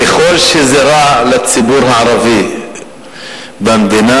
ככל שרע לציבור הערבי במדינה,